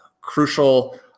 crucial